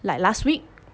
like last week